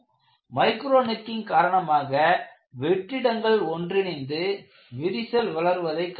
micro necking காரணமாக வெற்றிடங்கள் ஒன்றிணைந்து விரிசல் வளர்வதை காணலாம்